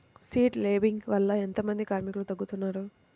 Seed లేంబింగ్ వల్ల ఎంత మంది కార్మికులు తగ్గుతారు?